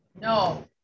No